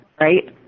right